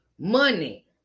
money